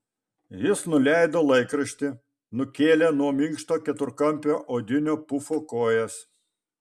jis nuleido laikraštį nukėlė nuo minkšto keturkampio odinio pufo kojas